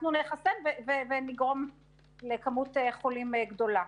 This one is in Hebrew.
אנחנו נחסן ונגרום לכמות חולים גדולה,